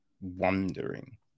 wondering